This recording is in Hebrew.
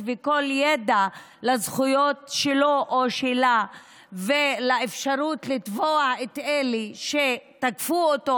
וכל ידע על הזכויות שלו או שלה ועל האפשרות לתבוע את אלה שתקפו אותו,